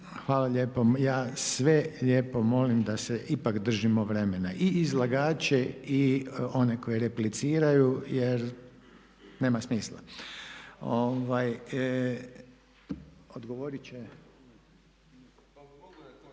Hvala lijepo. Ja sve lijepo molim da se ipak držimo vremena i izlagače i one koji repliciraju jer nema smisla. Odgovoriti će,